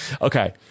Okay